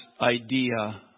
idea